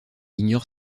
ignore